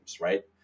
right